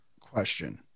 Question